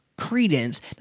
credence